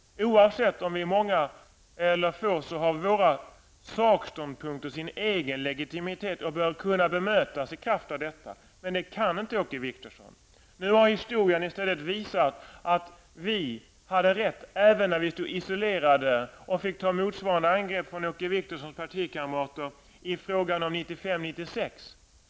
Oavsett om vi är många eller få, har våra sakståndpunkter sin egen legitimitet och bör kunna bemötas i kraft av detta. Men det kan inte Åke Wictorsson. Nu har historien i stället visat att vi hade rätt även när vi stod isolerade och fick ta emot motsvarande angrepp från Åke Wictorssons partikamrater i fråga om årtalen 1995 och 1996.